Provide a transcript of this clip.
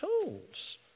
tools